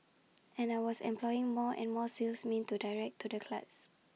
and I was employing more and more salesmen to direct to clients